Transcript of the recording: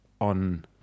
on